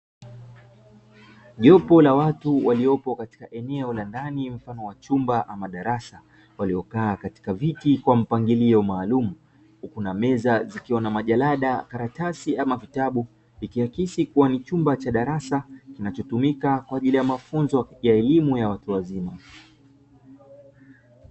Jopo la watu waliopo katika eneo la ndani, mfano wa chumba ama madarasa waliokaa katika viti kwa mpangilio maalum huku na meza zikiwa na majalada, karatasi ama vitabu. Ikiakikisi kuwa ni chumba cha darasa kinachotumika kwa ajili ya mafunzo ya elimu ya watu wazima.